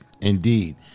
indeed